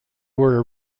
were